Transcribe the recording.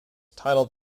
titled